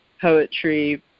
poetry